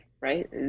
right